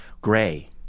Gray